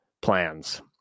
plans